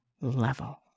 level